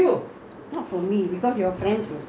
ah then not willingly ah